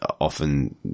often